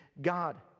God